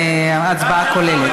ההצבעה כוללת.